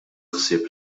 ħsieb